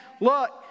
Look